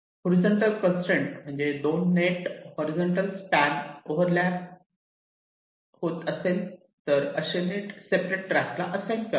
horizontal constraint म्हणजे जर 2 net horizontal span overlap होत असेल तर असे नेट सेपरेट ट्रॅकला असाइन करा